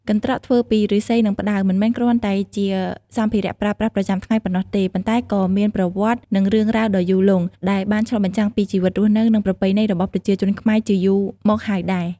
កន្ត្រកធ្វើពីឫស្សី និងផ្តៅ មិនមែនគ្រាន់តែជាសម្ភារៈប្រើប្រាស់ប្រចាំថ្ងៃប៉ុណ្ណោះទេ ប៉ុន្តែក៏មានប្រវត្តិ និងរឿងរ៉ាវដ៏យូរលង់ ដែលបានឆ្លុះបញ្ចាំងពីជីវិតរស់នៅ និងប្រពៃណីរបស់ប្រជាជនខ្មែរជាយូរមកហើយដែរ។